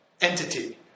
entity